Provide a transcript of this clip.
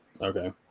Okay